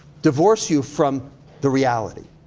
divorce you from the reality.